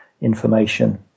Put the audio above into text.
information